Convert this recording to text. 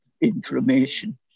information